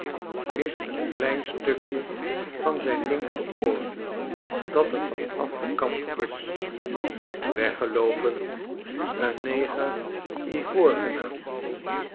mist een klein stukje van zijn linkeroor dat er van afgekapt is weggeloopen een neger ivoor genaamd